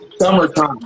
summertime